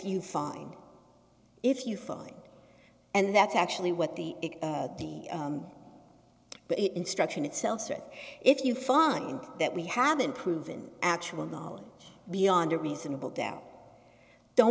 you find if you find and that's actually what the the the instruction itself for it if you find that we haven't proven actual knowledge beyond a reasonable doubt don't